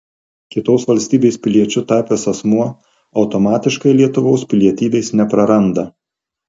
kitos valstybės piliečiu tapęs asmuo automatiškai lietuvos pilietybės nepraranda